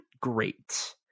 great